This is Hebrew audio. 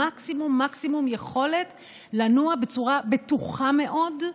במקסימום מקסימום יכולת לנוע בצורה בטוחה מאוד,